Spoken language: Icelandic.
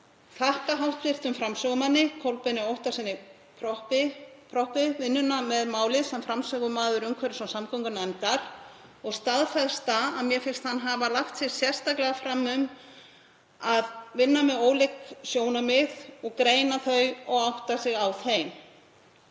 þakka hv. framsögumanni, Kolbeini Óttarssyni Proppé, vinnuna með málið sem framsögumaður umhverfis- og samgöngunefndar og staðfesta að mér finnst hann hafa lagt sig sérstaklega fram um að vinna með ólík sjónarmið og greina þau og átta sig á þeim.